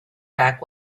back